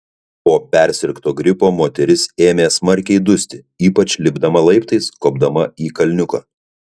po persirgto gripo moteris ėmė smarkiai dusti ypač lipdama laiptais kopdama į kalniuką